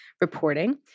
reporting